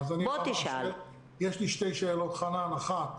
חנן, יש לי שתי שאלות: האחת,